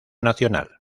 nacional